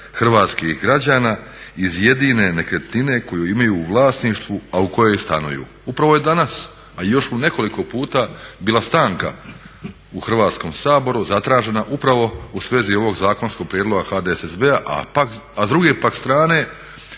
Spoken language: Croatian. hrvatskih građana iz jedine nekretnine koju imaju u vlasništvu a u kojoj stanuju. Upravo je danas a još u nekoliko puta bila stanka u Hrvatskom saboru zatražena upravo u svezi ovog zakonskog prijedloga HDSSB-a a s druge pak strane